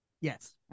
Yes